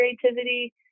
creativity